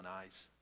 eyes